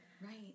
right